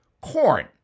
Corn